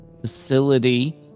facility